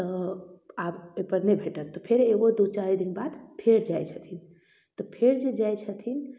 तऽ आब ओइपर नहि भेटत तऽ फेरो ओ दू चारि दिन बाद फेर जाइ छथिन तऽ फेर जे जाइ छथिन